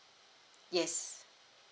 yes